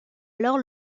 alors